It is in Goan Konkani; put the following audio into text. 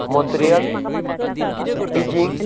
मत्रेयल बिजिंग